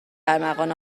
ارمغان